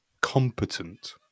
competent